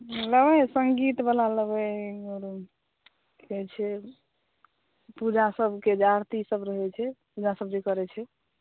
नहि सङ्गीत वाला लेबै आरो की कहै छै पूजा सभके जे आरती सभ रहै छै पूजा सभ जे करै छी